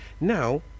Now